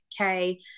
okay